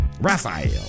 Raphael